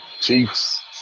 Chiefs